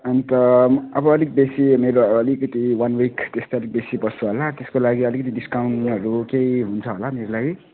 अन्त अब अलिक बेसी मेरो अलिकति वन विक त्यस्तै अलिक बेसी बस्छु होला त्यसको लागि अलिकति डिस्काउन्टहरू केही हुन्छ होला मेरो लागि